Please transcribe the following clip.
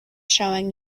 showing